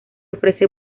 ofrece